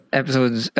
episodes